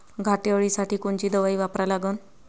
घाटे अळी साठी कोनची दवाई वापरा लागन?